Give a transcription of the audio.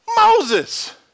Moses